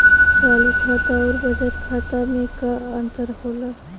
चालू खाता अउर बचत खाता मे का अंतर होला?